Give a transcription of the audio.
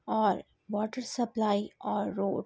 اور water supply اور road